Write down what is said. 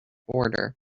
order